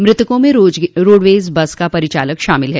मृतकों में roadways bus का परिचालक भी शामिल है